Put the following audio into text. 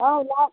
অ' ওলাওক